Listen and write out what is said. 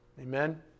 Amen